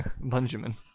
Benjamin